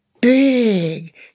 Big